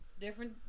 different